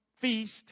feast